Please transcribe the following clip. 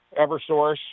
Eversource